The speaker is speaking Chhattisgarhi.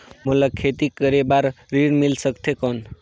मोला खेती करे बार ऋण मिल सकथे कौन?